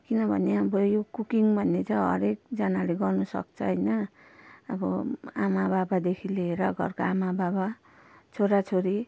किनभने अब यो कुकिङ भन्ने चाहिँ हरेकजनाले गर्न सक्छ होइन अब आमाबाबादेखि लिएर घरका आमा बाबा छोरा छोरी